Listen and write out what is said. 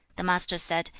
the master said,